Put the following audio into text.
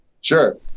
Sure